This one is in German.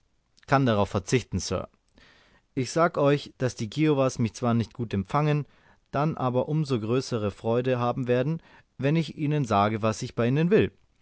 kann darauf verzichten sir ich sage euch daß die kiowas mich zwar nicht gut empfangen dann aber um so größere freude haben werden wenn ich ihnen sage was ich bei ihnen will